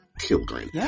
children